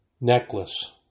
necklace